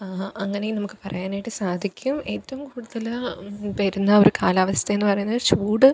അങ്ങനെയും നമുക്ക് പറയാനായിട്ട് സാധിക്കും ഏറ്റവും കൂടുതല് വരുന്ന ഒരു കാലാവസ്ഥ എന്ന് പറയുന്നത് ചൂട്